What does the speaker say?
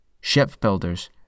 shipbuilders